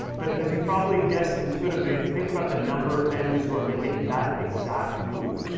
but as you probably guessed intuitively, if you think about the number of families who are making that exact move,